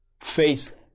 face